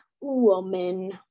woman